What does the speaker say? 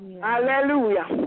hallelujah